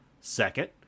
Second